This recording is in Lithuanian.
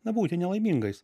na būti nelaimingais